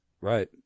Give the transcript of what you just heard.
Right